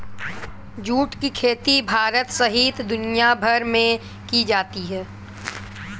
जुट की खेती भारत सहित दुनियाभर में की जाती है